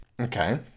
Okay